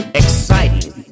exciting